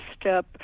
step